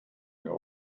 der